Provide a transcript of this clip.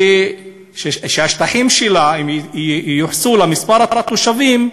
שהשטחים שלה, אם ייוחסו למספר התושבים,